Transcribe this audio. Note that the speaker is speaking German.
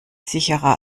sicherer